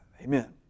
Amen